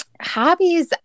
Hobbies